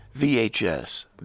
VHS